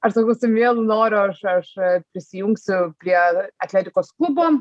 aš sakau su mielu noru aš aš prisijungsiu prie atletikos klubo